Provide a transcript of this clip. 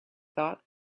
thought